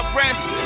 rest